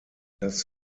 das